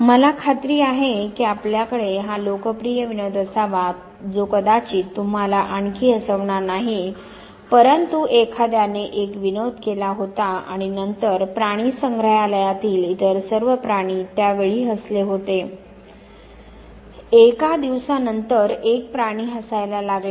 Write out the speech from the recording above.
मला खात्री आहे की आपल्याकडे हा लोकप्रिय विनोद असावा जो कदाचित तुम्हाला आणखी हसवणार नाही परंतु एखाद्याने एक विनोद केला होता आणि नंतर प्राणि संग्रहालयातील इतर सर्व प्राणी त्या वेळी हसले होते एका दिवस नंतर एक प्राणी हसायला लागला